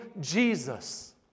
Jesus